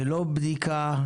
ללא בדיקה,